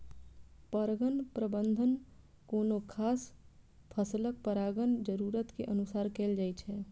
परगण प्रबंधन कोनो खास फसलक परागण जरूरत के अनुसार कैल जाइ छै